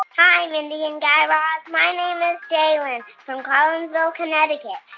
ah hi, mindy and guy raz. my name is jaylin from collinsville, conn. and yeah